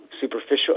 superficial